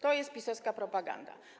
To jest PiS-owska propaganda.